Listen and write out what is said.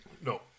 No